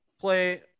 play